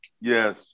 Yes